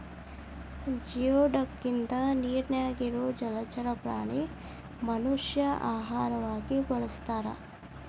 geoduck ಇದ ನೇರಿನ್ಯಾಗ ಇರು ಜಲಚರ ಪ್ರಾಣಿ ಮನಷ್ಯಾ ಆಹಾರವಾಗಿ ಬಳಸತಾರ